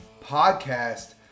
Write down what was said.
Podcast